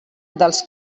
dels